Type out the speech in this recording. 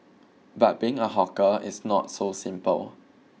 but being a hawker it's not so simple